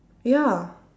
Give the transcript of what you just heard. ya